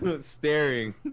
Staring